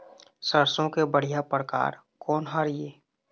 सरसों के बढ़िया परकार कोन हर ये?